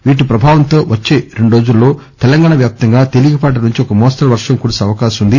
వీటి ప్రభావంతో వచ్చే రెండు రోజుల్లో తెలంగాణా వ్యాప్తంగా తేలికపాటి నుంచి ఒక మోస్తరు వర్షం కురిసే అవకాశం ఉంది